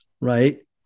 right